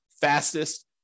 fastest